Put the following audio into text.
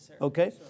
Okay